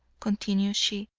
continued she,